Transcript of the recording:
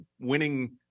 winning